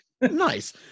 nice